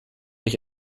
ich